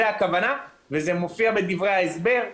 זו הכוונה וזה מופיע בדברי ההסבר.